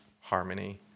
harmony